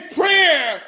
prayer